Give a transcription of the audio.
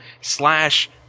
slash